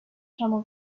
camel